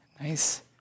nice